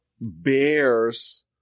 bears